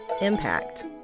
Impact